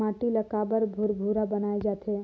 माटी ला काबर भुरभुरा बनाय जाथे?